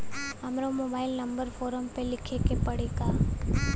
हमरो mobile number form पर लिखे के पड़ी का?